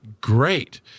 great